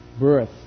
birth